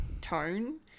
tone